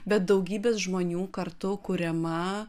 bet daugybės žmonių kartu kuriama